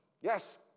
Yes